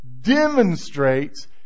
demonstrates